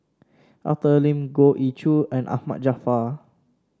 Arthur Lim Goh Ee Choo and Ahmad Jaafar